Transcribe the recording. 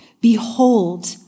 Behold